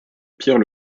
pierre